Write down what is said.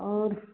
और